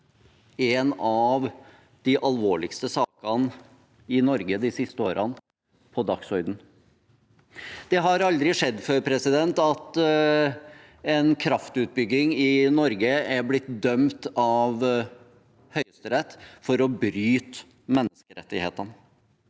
en av de alvorligste sakene i Norge i de siste årene på dagsordenen. Det har aldri skjedd før at en kraftutbygging i Norge er blitt dømt av Høyesterett for å bryte menneskerettighetene,